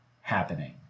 happening